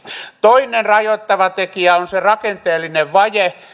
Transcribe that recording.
toinen rajoittava tekijä on se rakenteellinen vaje